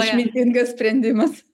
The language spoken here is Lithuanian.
išmintingas sprendimas